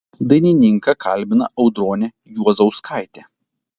dainininką kalbina audronė juozauskaitė